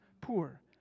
poor